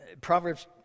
Proverbs